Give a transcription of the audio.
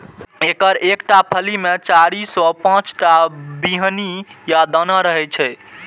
एकर एकटा फली मे चारि सं पांच टा बीहनि या दाना रहै छै